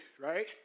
right